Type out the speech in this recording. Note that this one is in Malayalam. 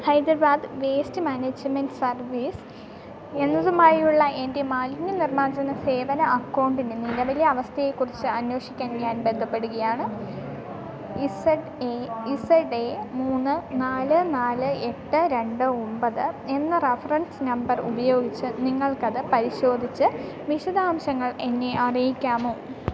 ഹൈദരാബാദ് വേസ്റ്റ് മാനേജ്മെൻറ്റ് സർവീസ് എന്നതുമായുള്ള എൻ്റെ മാലിന്യ നിർമാർജജന സേവന അക്കൗണ്ടിന് നിലവിലെ അവസ്ഥയെക്കുറിച്ച് അന്വേഷിക്കാൻ ഞാൻ ബന്ധപ്പെടുകയാണ് ഇസഡ് എ ഇസഡ് എ മൂന്ന് നാല് നാല് എട്ട് രണ്ട് ഒമ്പത് എന്ന റഫറൻസ് നമ്പർ ഉപയോഗിച്ച് നിങ്ങൾക്കത് പരിശോധിച്ച് വിശദാംശങ്ങൾ എന്നെ അറിയിക്കാമോ